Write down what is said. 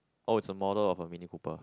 oh is a model of the Mini Cooper